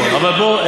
אבל בוא,